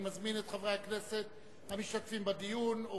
אני מזמין את חברי הכנסת המשתתפים בדיון.